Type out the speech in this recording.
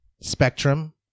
spectrum